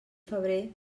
febrer